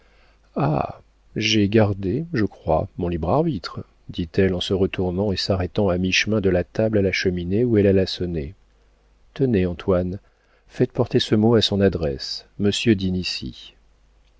j'ai gardé je crois mon libre arbitre dit-elle en se retournant et s'arrêtant à mi-chemin de la table à la cheminée où elle alla sonner tenez antoine faites porter ce mot à son adresse monsieur dîne ici